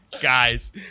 guys